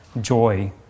joy